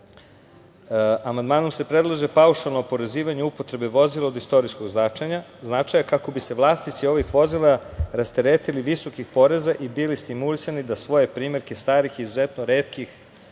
praksom. Amandmanom se predlaže paušalno oporezivanje upotrebe vozila od istorijskog značaja kako bi se vlasnici ovih vozila rasteretili visokih poreza i bili stimulisani da svoje primerke starih i izuzetno retkih